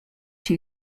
two